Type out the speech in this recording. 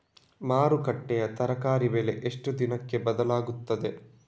ಮಾರುಕಟ್ಟೆಯ ತರಕಾರಿ ಬೆಲೆ ಎಷ್ಟು ದಿನಕ್ಕೆ ಬದಲಾಗುತ್ತದೆ?